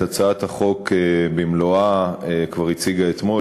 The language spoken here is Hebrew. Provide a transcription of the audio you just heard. את הצעת החוק במלואה כבר הציגה אתמול